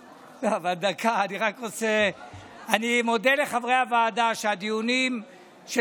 אני מודה לחברי הוועדה על שהדיונים של